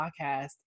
podcast